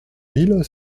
mille